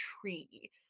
tree